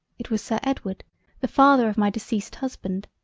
it was sir edward the father of my deceased husband.